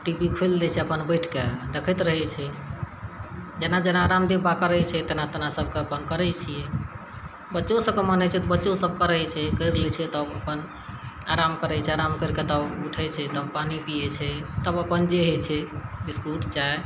T V खोलि दै छै अपन बैठके रहै छै जेना जेना रामदेब बाबा करै छै तेना तेना सभकऽ अपन करै छियै बच्चो सभकऽ मन होइ छै तऽ बच्चो सभ करै छै करि लै छै तब अपन आराम करै छै आराम करिके तब उठै छै तब पानि पियै छै तब अपन जे होइ छै बिस्कुट चाय